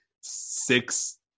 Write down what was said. six